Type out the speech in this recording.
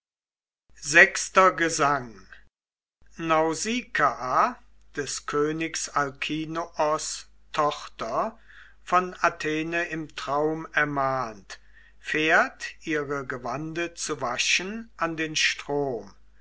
vi gesang nausikaa des königs alkinoos tochter von athene im traum ermahnt fährt ihre gewande an den strom